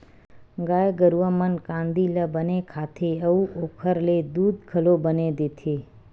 गाय गरूवा मन कांदी ल बने खाथे अउ ओखर ले दूद घलो बने देथे